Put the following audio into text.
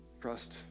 trust